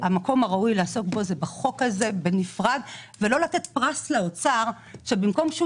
המקום הראוי לעסוק בו הוא בחוק הזה בנפרד ולא לתת פרס לאוצר שבמקום שהוא